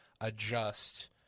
adjust